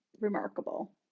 remarkable